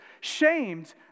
shamed